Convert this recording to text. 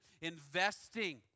investing